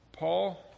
Paul